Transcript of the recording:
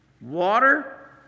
Water